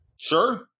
Sure